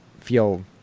feel